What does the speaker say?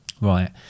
Right